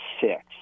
six